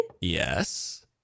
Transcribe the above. Yes